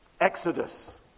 Exodus